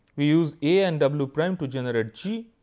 we use a and w prime to generate g,